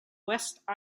west